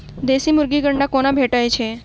देसी मुर्गी केँ अंडा कोना भेटय छै?